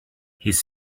his